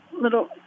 little